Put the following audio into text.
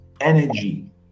energy